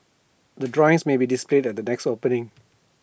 the drawings may be displayed at the next opening